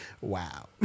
wow